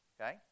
Okay